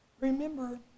Remember